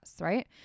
right